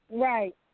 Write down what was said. Right